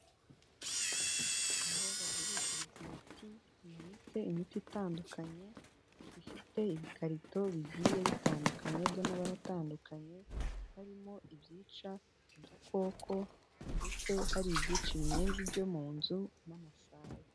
Aho bagurishiriza imiti hamanitse imiti itandukanye, ifite ibikarito bigiye bitandukanye by'amabara atandukanye, harimo ibyica udukoko ndetse hari ibyica ibinyenzi byo mu nzu n'amasazi.